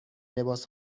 لباس